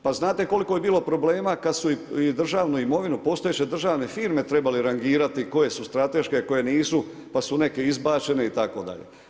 Pa znate koliko je bilo problema kada su i državnu imovinu postojeće državne firme trebale rangirati koje su strateške, a koje nisu pa su neke izbačene itd.